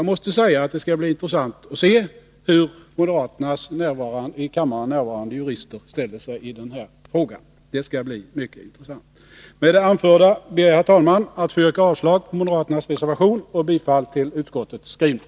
Jag måste säga att det skall bli mycket intressant att se hur moderaternas i kammaren närvarande jurister ställer sig i denna fråga. Med det anförda, herr talman, yrkar jag avslag på moderaternas reservation och ansluter mig till utskottets skrivning.